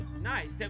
Nice